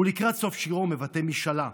ולקראת סוף שירו הוא מבטא משאלה: